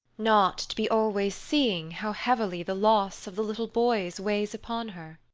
not to be always seeing how heavily the loss of the little boys weighs upon her?